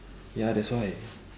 ya that's why